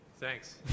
Thanks